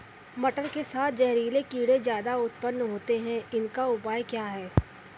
मटर के साथ जहरीले कीड़े ज्यादा उत्पन्न होते हैं इनका उपाय क्या है?